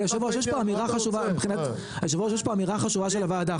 אבל היושב ראש יש פה אמירה חשובה של הוועדה,